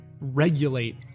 regulate